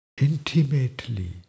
intimately